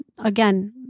Again